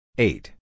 Eight